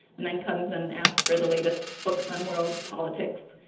and then comes and asks for the latest books on world politics.